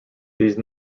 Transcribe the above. these